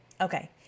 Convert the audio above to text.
okay